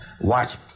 watch